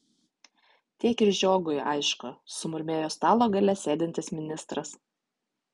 tiek ir žiogui aišku sumurmėjo stalo gale sėdintis ministras